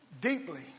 deeply